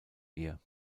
ihr